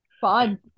Fun